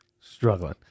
struggling